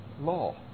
law